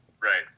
Right